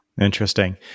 Interesting